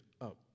up